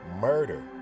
murder